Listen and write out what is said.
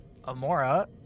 Amora